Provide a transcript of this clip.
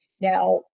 Now